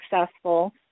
successful